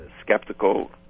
skeptical